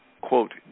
quote